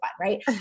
Right